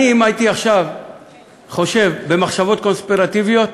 אם הייתי עכשיו חושב במחשבות קונספירטיביות,